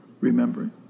remembering